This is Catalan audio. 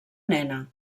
nena